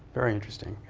very interesting.